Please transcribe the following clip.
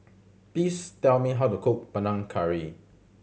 please tell me how to cook Panang Curry